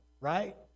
right